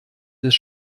des